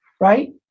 right